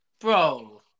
Bro